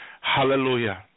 Hallelujah